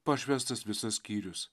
pašvęstas visas skyrius